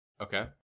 Okay